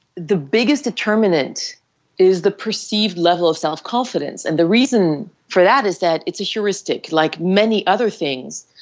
the biggest determinant is the perceived level of self-confidence and the reason for that is that it's heuristic like many other things,